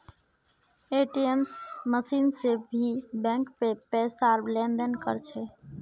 ATM machine से भी bank पैसार लेन देन कर छे